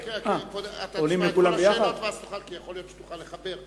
תמתין לכל השאלות, ואז יכול להיות שתוכל לחבר.